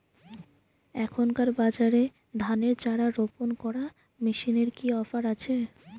এখনকার বাজারে ধানের চারা রোপন করা মেশিনের কি অফার আছে?